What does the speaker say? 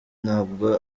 ntabwo